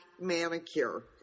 manicure